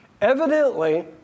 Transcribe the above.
Evidently